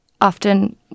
often